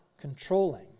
controlling